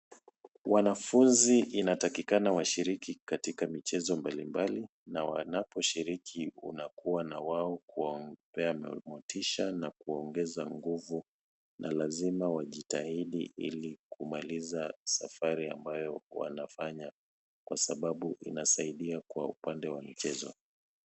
Wanafunzi inatakikana washiriki katika michezo mbalimbali na wanaposhiriki kunakuwa na wao kuwapea motisha na kuwaongeza nguvu na lazima wajitahidi ili kumaliza safari ambayo wanafanya kwa sababu inasaidia kwa upande wa michezo.